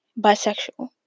Bisexual